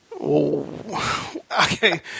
Okay